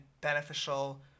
beneficial